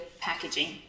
packaging